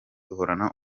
uhorana